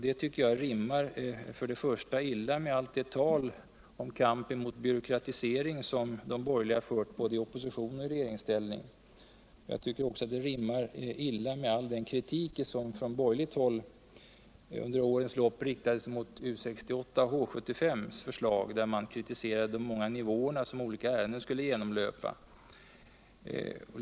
Detta rimmar illa med allt det atom kamp mot byråkratisering som de borgerliga fört både i opposition och i regeringsställning. Det rimmar också illa med all den kritik som från borgerligt håll under årens lopp riktats mot U 68:s och H 75:s förslag, diir man kritiserade de många nivåer som olika ärenden skulle genomlöpa.